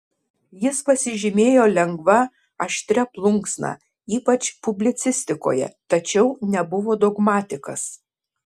jis pasižymėjo lengva aštria plunksna ypač publicistikoje tačiau nebuvo dogmatikas